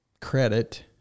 credit